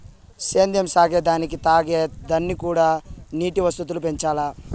సేద్యం సాగే దానికి తాగే దానిక్కూడా నీటి వసతులు పెంచాల్ల